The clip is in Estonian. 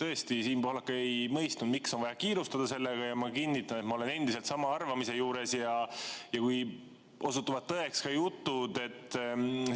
tõesti paraku ei mõistnud, miks on vaja sellega kiirustada. Ma kinnitan, et ma olen endiselt sama arvamuse juures. Kui osutuvad tõeks jutud, et